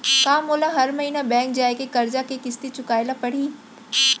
का मोला हर महीना बैंक जाके करजा के किस्ती चुकाए ल परहि?